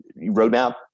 roadmap